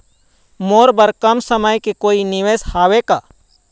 मोर बर कम समय के कोई निवेश हावे का?